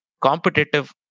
competitive